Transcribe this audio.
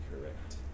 Correct